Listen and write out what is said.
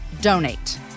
donate